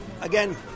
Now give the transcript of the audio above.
Again